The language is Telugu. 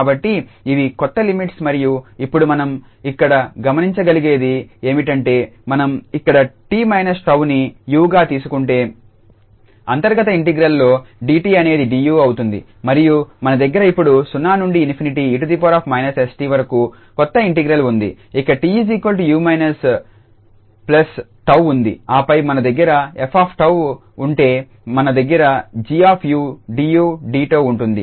కాబట్టి ఇవి కొత్త లిమిట్స్ మరియు ఇప్పుడు మనం ఇక్కడ గమనించగలిగేది ఏమిటంటే మనం ఇక్కడ 𝑡−𝜏 ని 𝑢 గా తీసుకుంటే అంతర్గత ఇంటిగ్రల్ లో 𝑑𝑡 అనేది 𝑑𝑢 అవుతుంది మరియు మన దగ్గర ఇప్పుడు 0 నుండి ∞ 𝑒−𝑠𝑡 వరకు కొత్త ఇంటిగ్రల్ ఉంది ఇక్కడ 𝑡 𝑢𝜏 ఉంది ఆపై మన దగ్గర f𝜏 ఉంటే మన దగ్గర 𝑔𝑢𝑑𝑢𝑑𝜏 ఉంటుంది